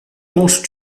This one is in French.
manges